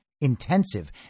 intensive